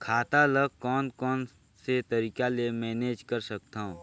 खाता ल कौन कौन से तरीका ले मैनेज कर सकथव?